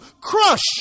crush